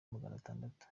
maganatatu